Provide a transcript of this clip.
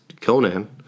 Conan